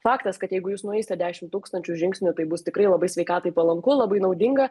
faktas kad jeigu jūs nueisite dešim tūkstančių žingsnių tai bus tikrai labai sveikatai palanku labai naudinga